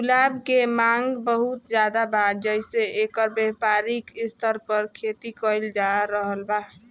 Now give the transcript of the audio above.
गुलाब के मांग बहुत ज्यादा बा जेइसे एकर व्यापारिक स्तर पर खेती कईल जा रहल बा